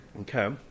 Okay